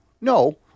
no